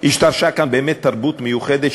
השתרשה כאן באמת תרבות מיוחדת,